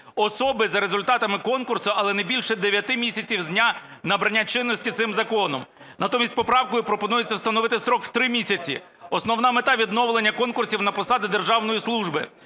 особи за результатами конкурсу, але не більше 9 місяців з дня набрання чинності цим законом. Натомість поправкою пропонується встановити строк в три місяці. Основна мета – відновлення конкурсів на посади державної служби.